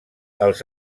els